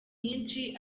nyinshi